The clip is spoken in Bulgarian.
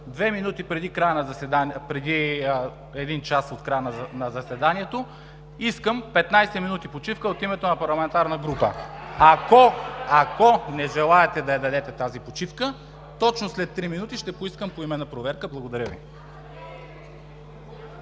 Две минути преди един час от края на заседанието искам 15 минути почивка от името на парламентарна група. (Силен шум и реплики от ГЕРБ.) Ако не желаете да дадете тази почивка, точно след 3 минути ще поискам поименна проверка. Благодаря Ви.